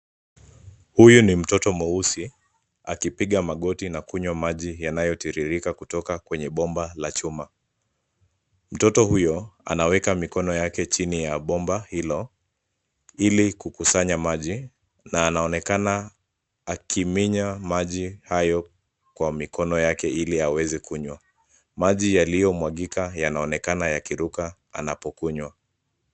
Huyu ni mtoto mweusi akipiga magoti na kunywa maji yanayotiririka kutoka kwenye bomba la chuma. Mtoto huyo anawekwa mikono yake chini ya bomba hilo, ili kukusanya maji na anaonekana akiminya maji hayo kwa mikono yake ili aweze kunya. Maji yaliyomwagika yanaonekana yakiruka anapokunywa.